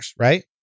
right